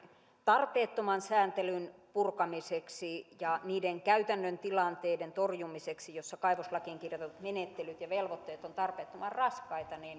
tarpeettoman sääntelyn purkamiseksi ja niiden käytännön tilanteiden torjumiseksi joissa kaivoslakiin kirjatut menettelyt ja velvoitteet ovat tarpeettoman raskaita